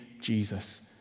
Jesus